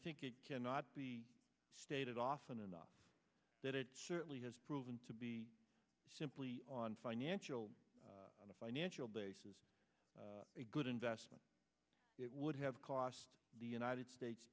think it cannot be stated often enough that it certainly has proven to be simply on financial or financial basis a good investment it would have cost the united states